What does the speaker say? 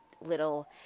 little